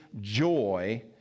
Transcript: joy